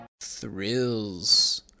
Thrills